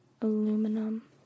aluminum